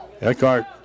Eckhart